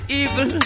evil